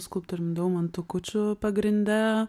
skulptoriumi daumantu kučiu pagrinde